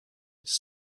its